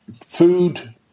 Food